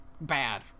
bad